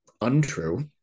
untrue